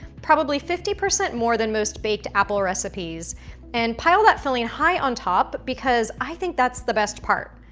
probably fifty percent more than most baked apple recipes and pile that filling high on top because i think that's the best part.